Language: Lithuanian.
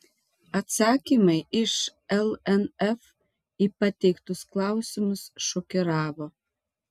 atsakymai iš lnf į pateiktus klausimus šokiravo